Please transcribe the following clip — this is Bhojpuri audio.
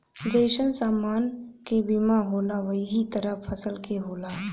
जइसन समान क बीमा होला वही तरह फसल के होला